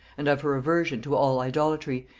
and of her aversion to all idolatry,